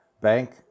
bank